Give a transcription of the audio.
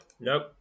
nope